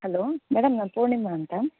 hello madam ನಾನು ಪೂರ್ಣಿಮಾ ಅಂತ